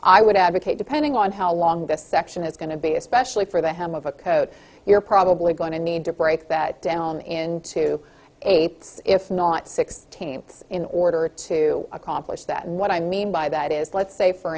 i would advocate depending on how long this section is going to be especially for the hem of a coat you're probably going to need to break that down into apes if not sixteenth in order to accomplish that and what i mean by that is let's say for